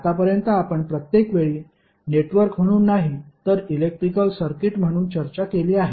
आतापर्यंत आपण प्रत्येक वेळी नेटवर्क म्हणून नाही तर इलेक्ट्रिकल सर्किट म्हणून चर्चा केली आहे